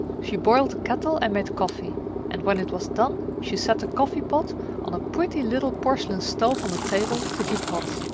she boiled the kettle and made coffee and, when it was done, she set the coffee-pot on a pretty little porcelain stove on the table to keep hot.